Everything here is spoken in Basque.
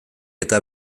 eta